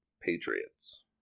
Patriots